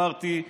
אני שמעתי אותך.